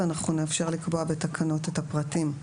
ואנחנו נאפשר לקבוע בתקנות את הפרטים.